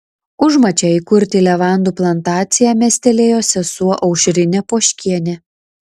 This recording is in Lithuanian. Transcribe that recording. užmačią įkurti levandų plantaciją mestelėjo sesuo aušrinė poškienė